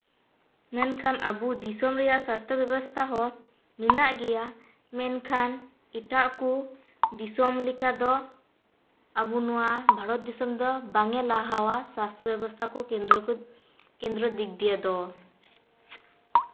ᱢᱮᱱᱠᱷᱟᱱ ᱟᱵᱚ ᱫᱤᱥᱚᱢ ᱨᱮᱭᱟᱜ ᱥᱟᱥᱛᱷᱚ ᱵᱮᱵᱚᱥᱛᱷᱟ ᱦᱚᱸ ᱢᱮᱱᱟᱜ ᱜᱮᱭᱟ ᱢᱮᱱᱠᱷᱟᱱ ᱮᱴᱟᱜ ᱠᱚ ᱫᱤᱥᱚᱢ ᱞᱮᱠᱟ ᱫᱚ ᱟᱵᱚ ᱱᱚᱣᱟ ᱵᱷᱟᱨᱚᱛ ᱫᱤᱥᱚᱢ ᱫᱚ ᱵᱟᱝᱮ ᱞᱟᱦᱟᱣᱟ ᱥᱟᱥᱛᱷᱚ ᱵᱮᱵᱚᱥᱛᱷᱟ ᱠᱮᱱᱫᱨᱚ ᱠᱚ ᱠᱮᱱᱫᱨᱚ ᱫᱤᱠ ᱫᱤᱭᱮ ᱫᱚ